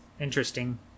Interesting